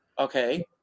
Okay